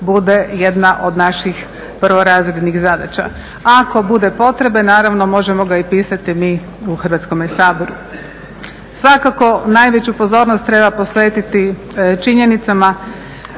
bude jedna od naših prvorazrednih zadaća. A ako bude potrebe, naravno možemo ga i pisati mi u Hrvatskome saboru. Svakako najveću pozornost treba posvetiti činjenicama